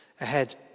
ahead